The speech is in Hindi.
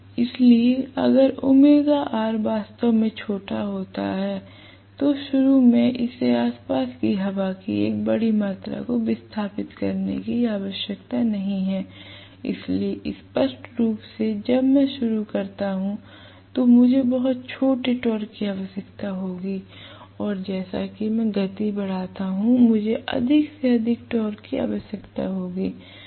इसलिए अगर वास्तव में छोटा है तो शुरू में इसे आसपास की हवा की एक बड़ी मात्रा को विस्थापित करने की आवश्यकता नहीं है इसलिए स्पष्ट रूप से जब मैं शुरू करता हूं तो मुझे बहुत छोटे टॉर्क की आवश्यकता होगी और जैसा कि मैं गति बढ़ाता हूं मुझे अधिक से अधिक टॉर्क की आवश्यकता होगी